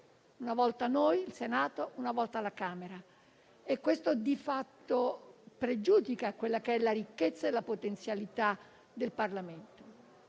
una volta noi del Senato, una volta la Camera. Ciò di fatto pregiudica la ricchezza e la potenzialità del Parlamento.